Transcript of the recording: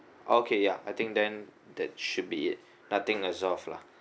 okay ya I think then that should be it nothing that's all lah